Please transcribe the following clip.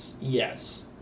yes